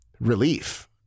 relief